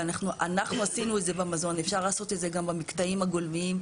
ואנחנו עשינו את זה במזון ואפשר לעשות את זה גם במקטעים הגולמיים,